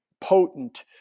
potent